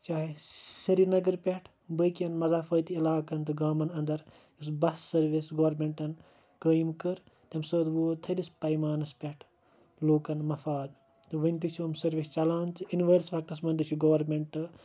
چاہے سرینَگَر پٮ۪ٹھ بٲقیَن مَزافٲتی عَلاقَن تہٕ گامَن اَندَر یُس بَس سٔروِس گورمیٚنٹَن قٲیِم کٔر تمہِ سۭتۍ ووت تھٔدِس پَیمانَس پٮ۪ٹھ لُکَن مَفاد تہٕ وُنہِ تہِ چھ یِمہٕ سٔروِس چَلان تہٕ یِنہٕ وٲلِس وقتس چھ گورمیٚنٹ